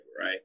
right